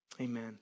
Amen